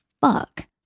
fuck